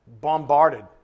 bombarded